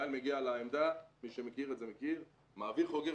חייל מגיע לעמדה ומי שמכיר את זה מכיר מעביר חוגר,